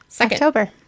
October